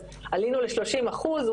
אז עלינו ל-30 אחוזים,